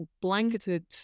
blanketed